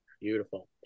Beautiful